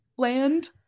land